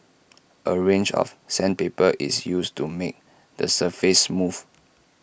A range of sandpaper is used to make the surface smooth